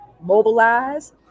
mobilize